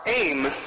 aim